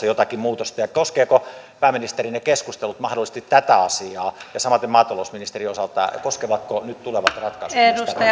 jotakin muutosta ja koskevatko pääministeri ne keskustelut mahdollisesti tätä asiaa ja samaten maatalousministerin osalta koskevatko nyt tulevat ratkaisut